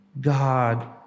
God